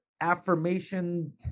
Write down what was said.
affirmation